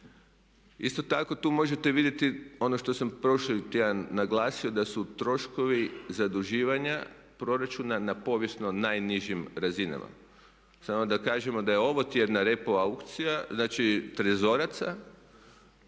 Isto tako tu možete vidjeti ono što sam prošli tjedan naglasio da su troškovi zaduživanja proračuna na povijesno najnižim razinama. Samo da kažemo da je ovotjedna aukcija znači trezoraca